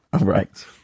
Right